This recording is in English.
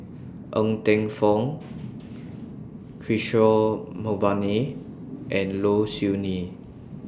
Ng Teng Fong Kishore Mahbubani and Low Siew Nghee